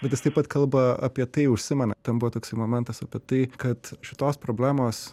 bet jis taip pat kalba apie tai užsimena ten buvo toks momentas apie tai kad šitos problemos